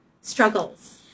struggles